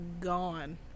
gone